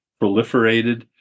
proliferated